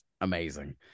Amazing